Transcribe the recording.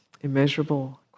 immeasurable